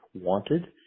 wanted